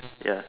ya